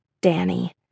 Danny